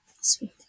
Sweet